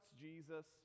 jesus